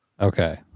Okay